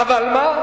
בסדר, אני אמרתי.